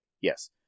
Yes